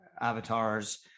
avatars